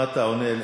מה אתה עונה?